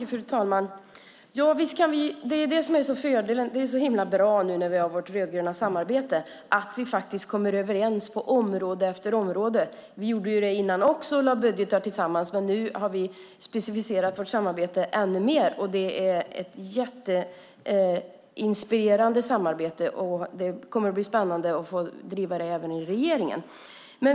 Fru talman! Det som är fördelen och så himla bra nu när vi har vårt rödgröna samarbete är att vi faktiskt kommer överens på område efter område. Vi gjorde det även innan och lade fram budgetar tillsammans, men nu har vi specificerat vårt samarbete ännu mer. Det är ett jätteinspirerande samarbete, och det kommer att bli spännande att få driva det även i regeringen.